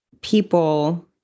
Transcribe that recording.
people